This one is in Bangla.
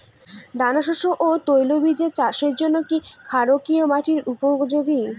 দানাশস্য ও তৈলবীজ চাষের জন্য কি ক্ষারকীয় মাটি উপযোগী?